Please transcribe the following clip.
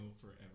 forever